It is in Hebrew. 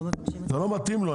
זה לא מתאים לו,